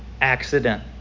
accident